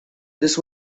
this